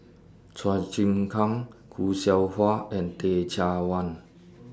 Chua Chim Kang Khoo Seow Hwa and Teh Cheang Wan